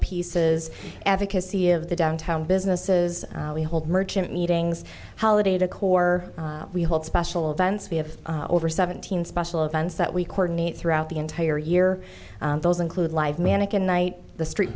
pieces advocacy of the downtown businesses we hold merchant meetings holiday decor we hold special events we have over seventeen special events that we coordinate throughout the entire year those include live manikin night the street